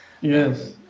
Yes